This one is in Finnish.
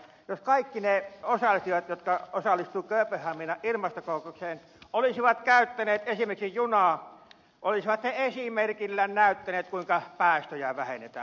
jos ajatellaan näin että kaikki ne jotka osallistuvat kööpenhaminan ilmastokokoukseen olisivat käyttäneet esimerkiksi junaa olisivat he esimerkillään näyttäneet kuinka päästöjä vähennetään